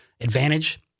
advantage